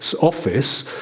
office